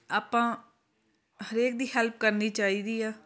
ਆਪਾਂ ਹਰੇਕ ਦੀ ਹੈਲਪ ਕਰਨੀ ਚਾਹੀਦੀ ਆ